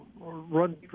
run